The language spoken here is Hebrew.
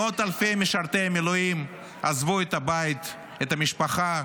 מאות אלפי משרתי מילואים עזבו את הבית, את המשפחה,